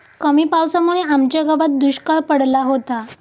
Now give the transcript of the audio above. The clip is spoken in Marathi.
कमी पावसामुळे आमच्या गावात दुष्काळ पडला होता